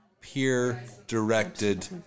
peer-directed